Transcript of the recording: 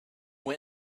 went